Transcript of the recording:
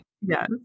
Yes